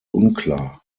unklar